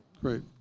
Great